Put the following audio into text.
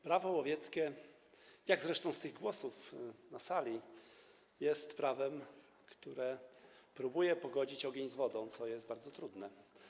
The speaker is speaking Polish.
Prawo łowieckie, co wynika zresztą z tych głosów na sali, jest prawem, które próbuje pogodzić ogień z wodą, co jest bardzo trudne.